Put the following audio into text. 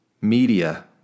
media